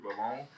alone